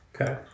Okay